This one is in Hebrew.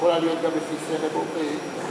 יכולה להיות לפי זרם קונסרבטיבי,